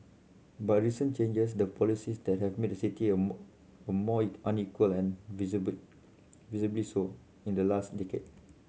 but recent changes the policy that have made the city a a more unequal and visibly so in the last decade